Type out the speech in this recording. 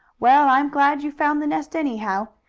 well, i'm glad you found the nest, anyhow,